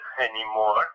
anymore